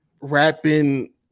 rapping